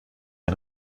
ein